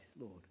Lord